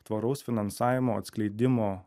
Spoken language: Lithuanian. tvaraus finansavimo atskleidimo